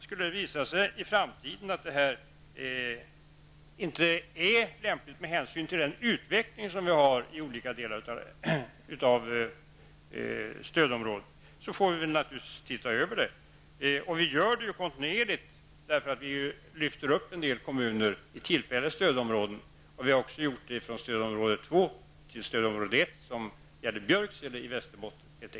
Skulle det visa sig i framtiden att denna inte är lämplig, med hänsyn till den utveckling vi har i olika delar av stödområdet, får vi naturligtvis se över det. Det gör vi kontinuerligt i och med att vi lyfter upp en del kommuner i tillfälliga stödområden. Björksele i Västerbotten är ett exempel på att vi också har flyttat en kommun från stödområde 2 till stödområde 1.